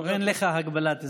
טוב, אין לך הגבלת זמן.